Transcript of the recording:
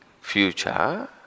future